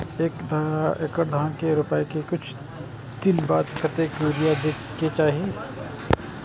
एक एकड़ धान के रोपाई के कुछ दिन बाद कतेक यूरिया दे के चाही?